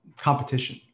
competition